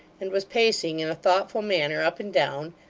and was pacing in a thoughtful manner up and down,